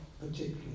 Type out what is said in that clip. particularly